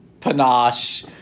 panache